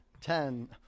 ten